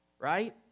right